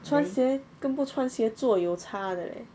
穿鞋更不穿鞋做有差的 leh